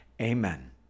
Amen